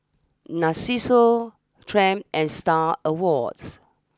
Narcissus Triumph and Star Awards